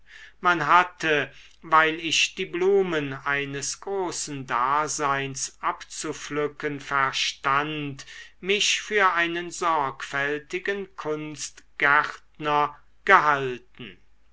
man hatte weil ich die blumen eines großen daseins abzupflücken verstand mich für einen sorgfältigen kunstgärtner gehalten